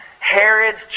Herod's